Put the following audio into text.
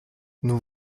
nous